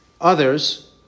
others